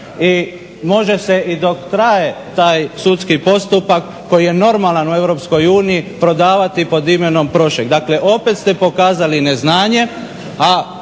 I može se i dok traje taj sudski postupak koji je normalan u Europskoj uniji prodavati pod imenom prošek. Dakle, opet ste pokazali neznanje,